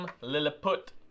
Lilliput